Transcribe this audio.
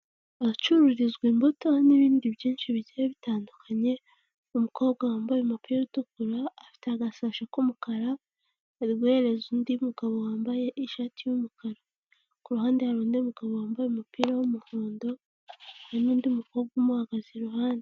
Ahacururizwa imbuto n'ibindi byinshi bigiye bitandukanye, umukobwa wambaye umupira utukura, afite agasashi k'umukara ari guhereza undi mugabo wambaye ishati y'umukara, ku ruhande hari undi mugabo wambaye umupira w'umuhondo, hari n'undi mukobwa umuhagaze iruhande.